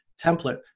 template